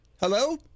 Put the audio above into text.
Hello